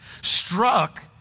struck